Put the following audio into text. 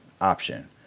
option